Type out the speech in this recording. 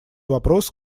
вопрос